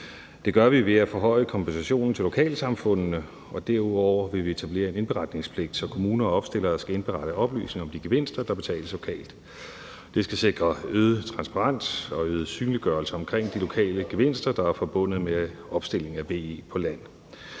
Det gør vi ved at forhøje kompensationen til lokalsamfundene, og derudover vil vi etablere en indberetningspligt, så kommuner og opstillere skal indberette oplysninger om de gevinster, der betales lokalt. Det skal sikre øget transparens og øget synliggørelse omkring de lokale gevinster, der er forbundet med opstilling af VE på land.